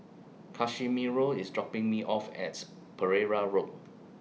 Casimiro IS dropping Me off At Pereira Road